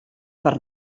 per